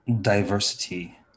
diversity